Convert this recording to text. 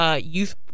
youth